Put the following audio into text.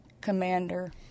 commander